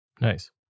Nice